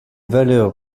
valeurs